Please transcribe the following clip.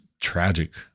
Tragic